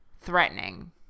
threatening